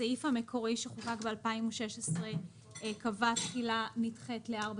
הסעיף המקורי שחוקק ב-2016 קבע תחילה נדחית לארבע